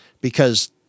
because-